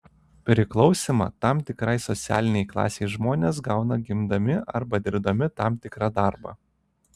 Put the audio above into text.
priklausymą tam tikrai socialinei klasei žmonės gauna gimdami arba dirbdami tam tikrą darbą